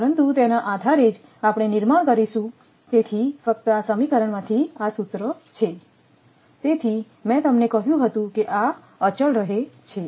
પરંતુ તેના આધારે જ આપણે નિર્માણ કરીશું તેથી ફક્ત આ સમીકરણ માંથી આ સૂત્ર છે તેથી મેં તમને કહ્યું હતું કે આ અચળ રહે છે